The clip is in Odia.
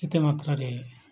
ଏତେ ମାତ୍ରାରେ